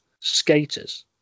skaters